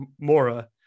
Mora